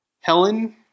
Helen